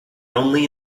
only